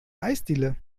eisdiele